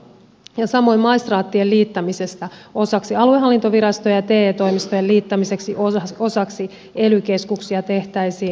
ja samoin maistraattien liittämisestä osaksi aluehallintovirastoja ja te toimistojen liittämisestä osaksi ely keskuksia tehtäisiin selvitys